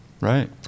Right